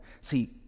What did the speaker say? See